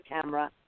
camera